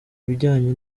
ibijyanye